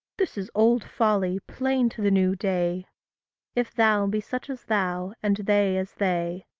this is old folly, plain to the new day if thou be such as thou, and they as they,